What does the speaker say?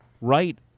right